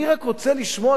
אני רק רוצה לשמוע,